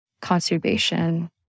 conservation